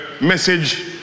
message